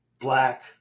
black